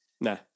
nah